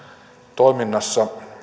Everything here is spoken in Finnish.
toiminnassa